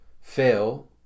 fail